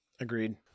Agreed